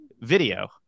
video